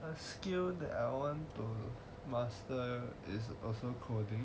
a skill that I want to master is